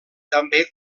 també